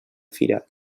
firat